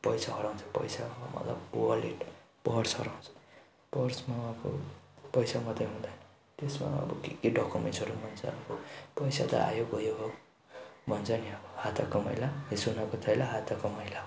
पैसा हराउँछ पैसा मतलब वालेट पर्स हराउँछ पर्समा अब पैसा मात्रै हुँदैन त्यसमा अब के के डकुमेन्टहरू पनि हुन्छ पैसा त आयो गयो हो भन्छ नि अब हातको मैला ए सुनको थैला हातको मैला